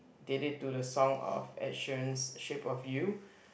did it to the song of Ed Sheeran's shape of you